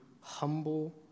humble